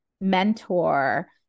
mentor